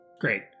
great